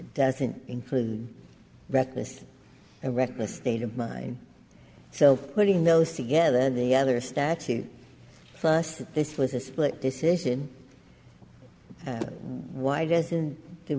doesn't include reckless or reckless state of mind so putting those together the other statute for us this was a split decision why doesn't